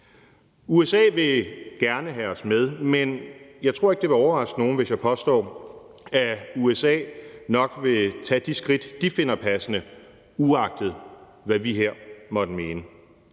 USA vil gerne have os med, men jeg tror ikke, det vil overraske nogen, hvis jeg påstår, at USA nok vil tage de skridt, de finder passende, uagtet hvad vi her måtte mene.